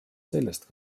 sellest